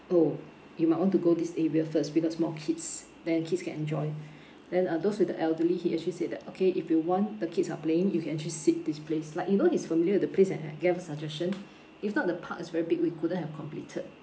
orh you might want to go this area first because more kids then kids can enjoy then uh those with the elderly he actually said that okay if you want the kids are playing you can actually sit this place like you know he's familiar with the place and like gave us suggestion if not the park is very big we couldn't have completed